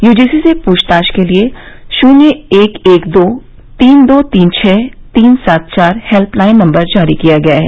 UGC ने पूछताछ के लिए शुन्य एक एक दो तीन दो तीन छः तीन सात चार हेल्पलाइन नम्बर जारी किया है